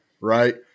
right